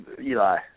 Eli